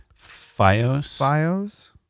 Fios